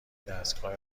دستگاه